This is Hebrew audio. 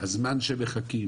הזמן שהם מחכים